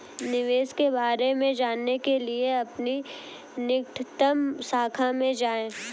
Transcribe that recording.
निवेश के बारे में जानने के लिए अपनी निकटतम शाखा में जाएं